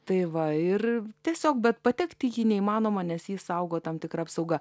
tai va ir tiesiog bet patekti į jį neįmanoma nes jį saugo tam tikra apsauga